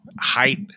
height